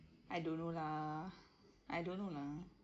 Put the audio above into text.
I don't know lah I don't know lah